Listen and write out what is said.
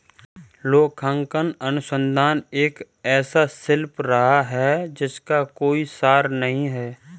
लेखांकन अनुसंधान एक ऐसा शिल्प रहा है जिसका कोई सार नहीं हैं